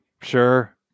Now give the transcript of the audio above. sure